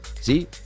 See